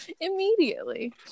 immediately